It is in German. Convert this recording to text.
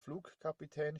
flugkapitän